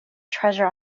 treasure